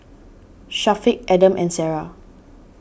Syafiq Adam and Sarah